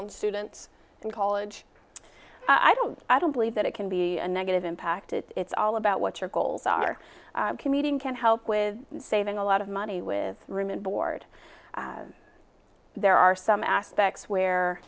on students and call ledge i don't i don't believe that it can be a negative impact it's all about what your goals are commuting can help with saving a lot of money with room and board there are some aspects where